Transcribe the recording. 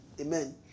Amen